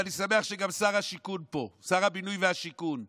ואני שמח שגם שר הבינוי והשיכון פה: